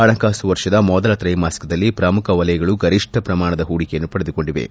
ಹಣಕಾಸು ವರ್ಷದ ಮೊದಲ ತ್ರೈಮಾಸಿಕದಲ್ಲಿ ಪ್ರಮುಖ ವಲಯಗಳು ಗರಿಷ್ಠ ಪ್ರಮಾಣದ ಹೂಡಿಕೆಯನ್ನು ಪಡೆದುಕೊಂಡಿವೆ